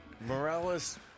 Morales